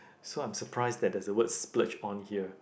so I'm surprised that there's a word splurge on here